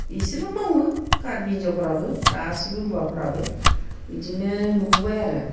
बिसोरबो मावो कार्बि हिनजावफोराबो गासैबो हौवाफोराबो बिदिनो नुबोबाय आरो